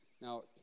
Now